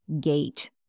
gate